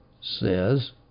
says